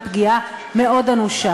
היא פגיעה אנושה.